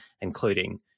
including